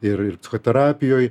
ir psichoterapijoj